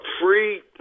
free